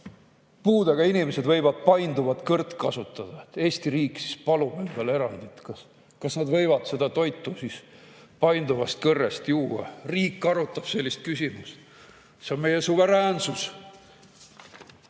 puudega inimesed võivad painduvat kõrt kasutada? Eesti riik siis palub endale erandit, kas nad võivad seda toitu painduvast kõrrest juua. Riik arutab sellist küsimust. See on meie suveräänsus,